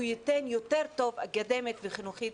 הוא ייתן יותר טוב אקדמית וחינוכית